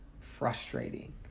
frustrating